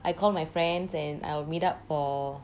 I call my friends and I will meet up for